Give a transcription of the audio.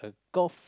golf